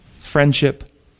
friendship